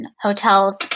hotels